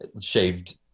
shaved